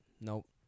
Nope